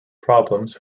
problems